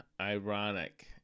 ironic